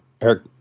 eric